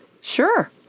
Sure